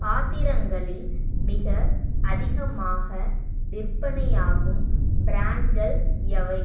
பாத்திரங்களில் மிக அதிகமாக விற்பனையாகும் பிராண்ட்கள் எவை